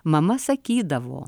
mama sakydavo